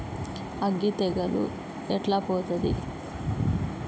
అగ్గి తెగులు ఎట్లా పోతది?